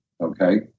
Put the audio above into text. okay